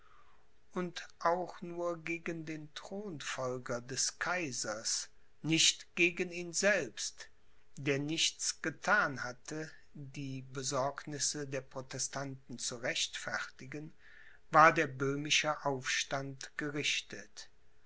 und auch nur gegen den thronfolger des kaisers nicht gegen ihn selbst der nichts gethan hatte die besorgnisse der protestanten zu rechtfertigen war der böhmische aufstand gerichtet